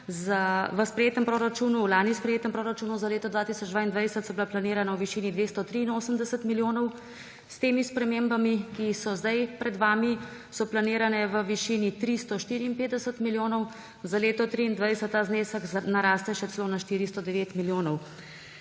v lani sprejetem proračunu za leto 2022 planirana v višini 283 milijonov. S temi spremembami, ki so zdaj pred vami, so planirane v višini 354 milijonov, za leto 2023 ta znesek naraste še celo na 409 milijonov.